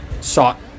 sought